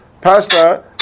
Pasta